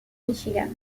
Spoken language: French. michigan